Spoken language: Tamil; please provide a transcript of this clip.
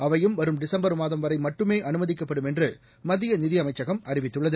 அவையும் வரும் டிசம்பர் மாதம் வரை மட்டுமே அனுமதிக்கப்படும் என்று மத்திய நிதியமைச்சகம் அறிவித்துள்ளது